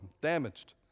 damaged